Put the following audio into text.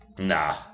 Nah